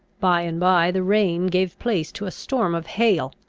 by and by the rain gave place to a storm of hail.